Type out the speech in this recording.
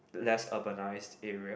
less urbanised area